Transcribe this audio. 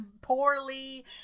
poorly